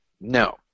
No